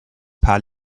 paar